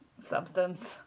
substance